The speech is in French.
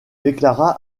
déclara